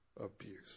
abuse